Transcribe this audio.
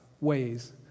ways